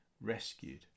rescued